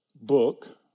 book